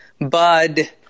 Bud